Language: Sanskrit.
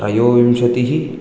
त्रयोविंशतिः